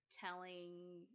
telling